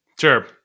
Sure